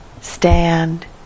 stand